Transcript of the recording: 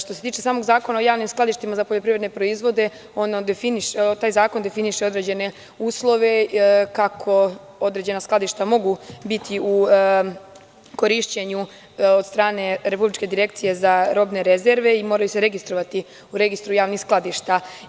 Što se tiče samog Zakona o javnim skladištima za poljoprivredne proizvode, taj zakon definiše određene uslove kako određena skladišta mogu biti u korišćenju od strane Republičke direkcije za robne rezerve i moraju se registrovati u registru javnih skladišta.